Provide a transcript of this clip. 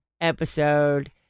episode